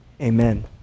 Amen